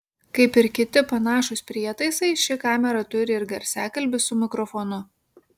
kaip ir kiti panašūs prietaisai ši kamera turi ir garsiakalbį su mikrofonu